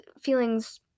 feelings